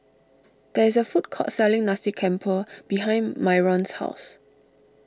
there is a food court selling Nasi Campur behind Myron's house